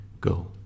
go